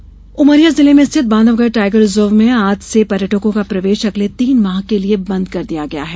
tiger reserve Umaria जिले में स्थित बांधवगढ़ टाईगर रिजर्व में आज से पर्यटकों का प्रवेश अगले तीन माह के लिये बंद कर दिया गया है